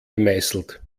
gemeißelt